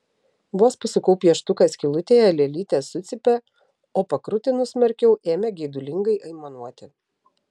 vos pasukau pieštuką skylutėje lėlytė sucypė o pakrutinus smarkiau ėmė geidulingai aimanuoti